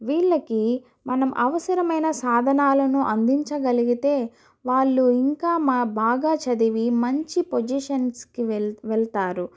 వీళ్ళకి మనం అవసరమైన సాధనాలను అందించగలిగితే వాళ్ళు ఇంకా మా బాగా చదివి మంచి పొజిషన్స్కి వెళ్తారు